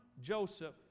Joseph